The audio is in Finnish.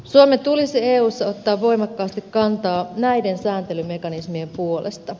suomen tulisi eussa ottaa voimakkaasti kantaa näiden sääntelymekanismien puolesta